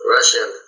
Russian